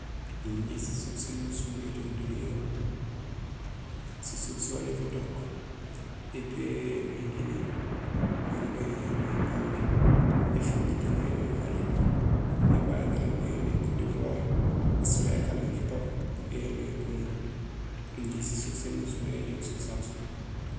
Injé sisuk saan umusmé ijoow duniyehoom, sisuk soni futook: étiyoree yo yoomé Guinée, érubahéén yo yoomé Gambie, éfojitéén yo yoomé Mali, ébagiréén yo yoomé Cote d'Ivoire, ésolee ya kaan mé futook yo yoomé Congo. Injé sisuk sa nimusmé ijoow so sasu.